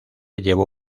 llevó